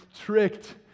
tricked